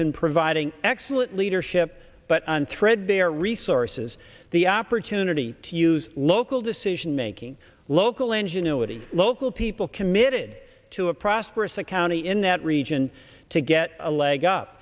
been providing excellent leadership but on thread their resources the opportunity to use local decision making local engine ot local people committed to a prosperous a county in that region to get a leg up